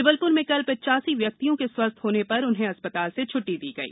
जबलपुर में कल पिचासी व्यक्तियों के स्वस्थ होने पर उन्हें अस्पताल से छट्टी दी गई